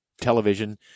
television